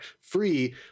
free